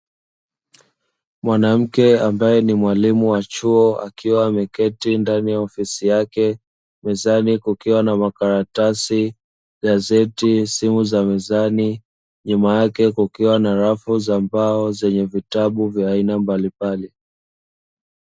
Mwanamke ambaye ni mwalimu wa chuo akiwa ameketi ndani ya ofisi yake mezani kukiwa na makaratasi, gazeti, simu za mezani nyuma yake kukiwa na rafu za mbao zenye vitabu vya aina mbalimbali.